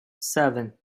seven